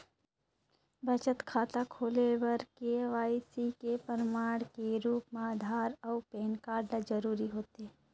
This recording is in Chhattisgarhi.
बचत खाता खोले बर के.वाइ.सी के प्रमाण के रूप म आधार अऊ पैन कार्ड ल जरूरी होथे